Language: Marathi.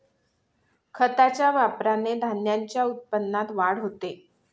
खताच्या वापराने धान्याच्या उत्पन्नात वाढ होते